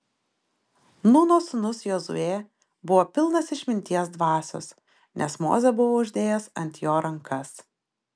nūno sūnus jozuė buvo pilnas išminties dvasios nes mozė buvo uždėjęs ant jo rankas